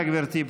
תודה גברתי.